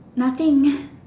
nothing